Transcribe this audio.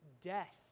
death